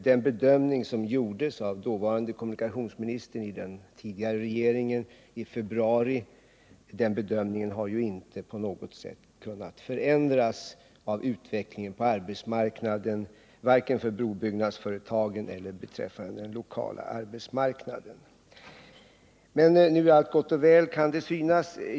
Den bedömning som gjordes i februari av dåvarande kommunikationsministern i den tidigare regeringen har ju inte på något sätt kunnat förändras av utvecklingen på arbetsmarknaden, vare sig för broföretagen som sådana eller beträffande den lokala arbetsmarknaden. Nu är allt gott och väl, kan det synas.